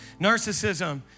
Narcissism